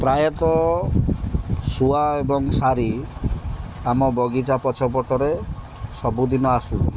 ପ୍ରାୟତଃ ଶୁଆ ଏବଂ ଶାରି ଆମ ବଗିଚା ପଛପଟରେ ସବୁଦିନ ଆସୁଛନ୍ତି